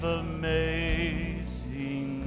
amazing